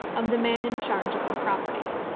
of the men in charge of the property.